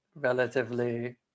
relatively